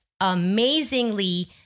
amazingly